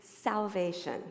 salvation